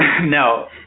No